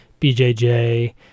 BJJ